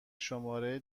شماره